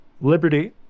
liberty